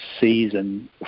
season